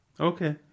Okay